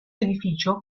edificio